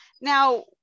Now